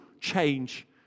change